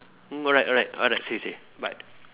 mm alright alright alright seriously bye